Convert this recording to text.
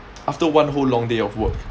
after one whole long day of work